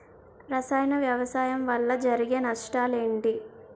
రసాయన వ్యవసాయం వల్ల జరిగే నష్టాలు ఏంటి?